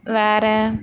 வேறே